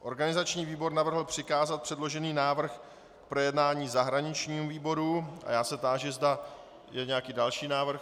Organizační výbor navrhl přikázat předložený návrh k projednání zahraničnímu výboru a já se táži, zda je nějaký další návrh.